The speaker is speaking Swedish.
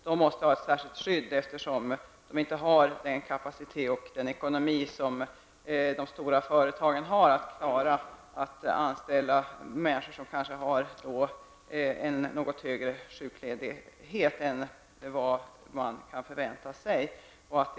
De måste ha ett särskilt skydd, eftersom de inte har samma möjligheter som stora företag att anställa människor som kan förväntas ha en större sjukskrivningsgrad än genomsnittet.